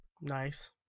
Nice